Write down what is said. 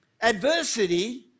Adversity